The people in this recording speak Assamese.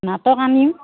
নাটক আনিম